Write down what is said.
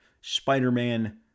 Spider-Man